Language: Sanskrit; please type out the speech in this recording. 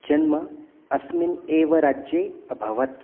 जन्म अस्मिन् एव राज्ये अभवत्